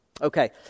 Okay